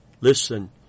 Listen